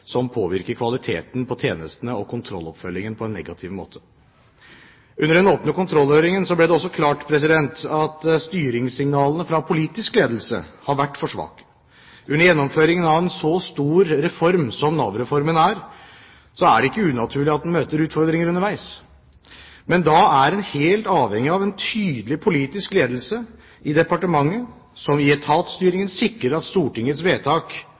som påvirker kvaliteten på tjenestene og kontrolloppfølgingen på en negativ måte. Under den åpne kontrollhøringen ble det også klart at styringssignalene fra politisk ledelse har vært for svake. Under gjennomføringen av en så stor reform som Nav-reformen er, er det ikke unaturlig at en møter utfordringer underveis. Men da er en helt avhengig av en tydelig politisk ledelse i departementet, som i etatsstyringen sikrer at Stortingets vedtak